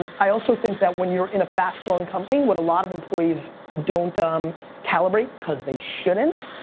and i also think that when you're in a fast-growing company, what a lot of employees don't um calibrate, cause they shouldn't,